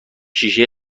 شیشه